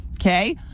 Okay